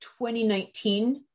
2019